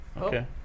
Okay